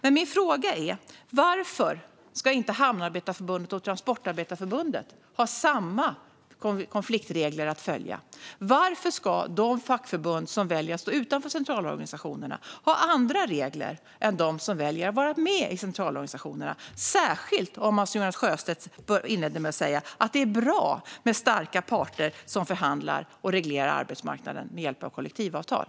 Jag undrar följande: Varför ska Hamnarbetarförbundet och Transportarbetareförbundet ha samma konfliktregler att följa? Varför ska de fackförbund som väljer att stå utanför centralorganisationerna ha andra regler än de som väljer att vara med i dem? Det gäller särskilt om man, som Jonas Sjöstedt inledde med att säga, tycker att det är bra med starka parter som förhandlar och reglerar arbetsmarknaden med hjälp av kollektivavtal.